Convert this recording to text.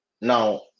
Now